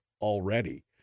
already